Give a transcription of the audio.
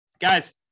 Guys